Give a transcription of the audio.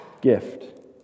gift